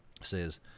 says